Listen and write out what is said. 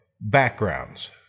Backgrounds